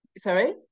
Sorry